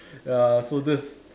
ya so that's